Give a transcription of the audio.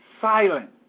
silent